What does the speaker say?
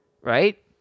right